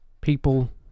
people